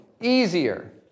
easier